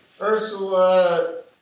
Ursula